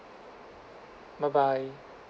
bye bye